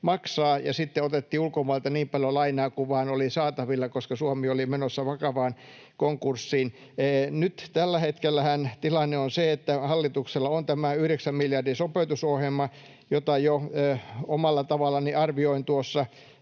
maksaa, ja sitten otettiin ulkomailta niin paljon lainaa kuin vaan oli saatavilla, koska Suomi oli menossa vakavaan konkurssiin. Nyt tällä hetkellähän tilanne on se, että hallituksella on tämä yhdeksän miljardin sopeutusohjelma, jota jo omalla tavallani arvioin tuossa